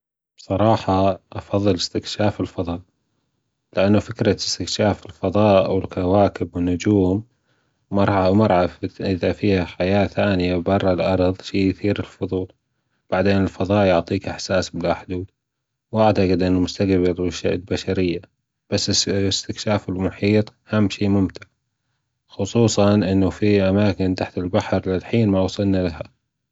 بصراحة أفضل أستكشاف الفضاء فكرة أستكشاف الفضاء والكواكب والنجوم مرعا مرعا فأذا فيها حياة تانية برا الارض شئ يسير ألفضول وبعدين الفضاء يعطيك أحساس لوحدة وأعتقد أنة مستقبل البشرية بس اس أسكشاف المحيط أهم شئ ممتع خصوصا أنه فى أماكن تحت البحر لحين ما وصلنا لها